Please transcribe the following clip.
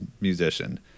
musician